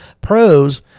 pros